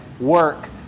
work